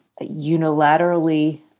unilaterally